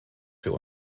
für